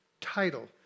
title